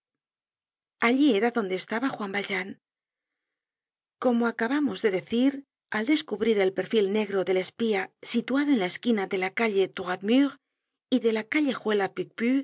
allí era donde estaba juan valjean como acabamos de decir al descubrir el perfil negro del espía situado en la esquina de la calle droit mur y de la